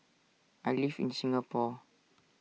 I live in Singapore